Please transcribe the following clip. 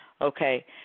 Okay